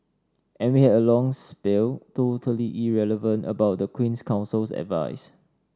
and we had a long spiel totally irrelevant about the Queen's Counsel's advice